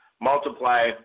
multiply